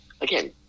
again